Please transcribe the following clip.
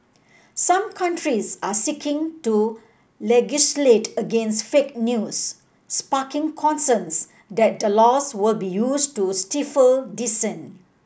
some countries are seeking to legislate against fake news sparking concerns that the laws will be used to stifle dissent